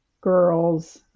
girls